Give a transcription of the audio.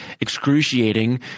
excruciating